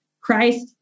Christ